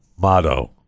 motto